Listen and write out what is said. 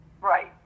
Right